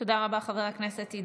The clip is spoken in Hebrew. תודה רבה, חבר